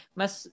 mas